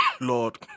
Lord